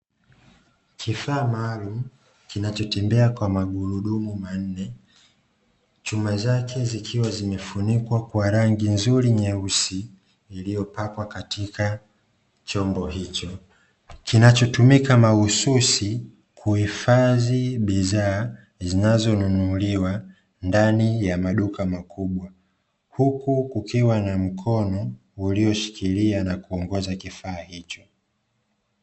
Kifaa maalumu kinachotembea na magurudumu manne chuma zake zikiwa zimefunikwa kwa rangi nzuri nyeusi iliyopakwa katika chombo hicho kinachotumika mahususi kuhifadhi bidhaa zinazonunuliwa ndani ya maduka makubwa, huku kukiwa na mkono ulioshikilia na kuongoza kifaa hicho.